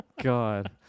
God